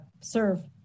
serve